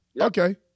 Okay